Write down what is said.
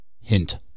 Hint